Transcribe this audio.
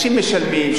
אני אומר,